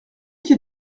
qui